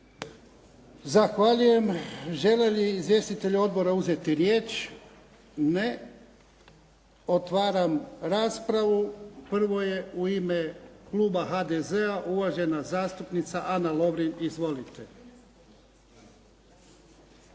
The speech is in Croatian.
Zahvaljujem. Žele li izvjestitelji odbora uzeti riječ? Ne. Otvaram raspravu. Prvo je u ime kluba HDZ-a, uvažena zastupnica Ana Lovrin. Izvolite.